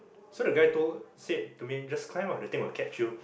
so the guy told said to me just climb ah the thing will catch you